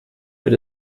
wird